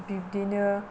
बिब्दिनो